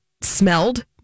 smelled